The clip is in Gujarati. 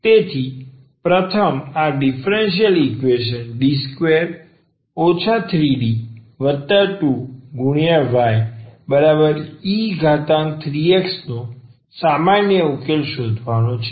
તેથી પ્રથમ આ ડીફરન્સીયલ ઈકવેશન D2 3D2ye3x નો સામાન્ય ઉકેલ શોધવાનો છે